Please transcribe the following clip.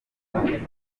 kaminuza